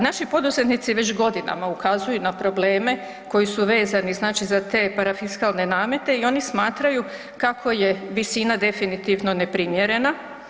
Naši poduzetnici već godinama ukazuju na probleme koji su vezani znači za te parafiskalne namete i oni smatraju kako je visina definitivno neprimjerena.